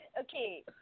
okay